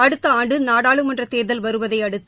அடுத்த ஆண்டு நாடாளுமன்ற தேர்தல் வருவதையடுத்து